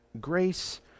grace